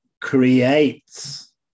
creates